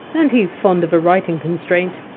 and he! s fond of a writing constraint.